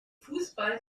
fußball